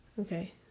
Okay